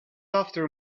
after